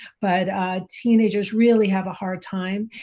but teenagers really have a hard time,